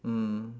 mm